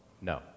no